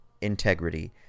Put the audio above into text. integrity